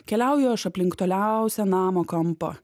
keliauju aš aplink toliausią namo kampą